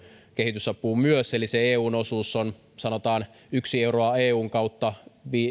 kehitysapuun eli eun osuus on sanotaan yksi euro eun kautta